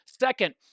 Second